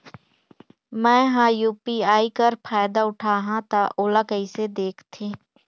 मैं ह यू.पी.आई कर फायदा उठाहा ता ओला कइसे दखथे?